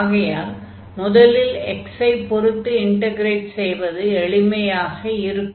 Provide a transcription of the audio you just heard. ஆகையால் முதலில் x ஐ பொருத்து இன்டக்ரேட் செய்வது எளிமையாக இருக்கும்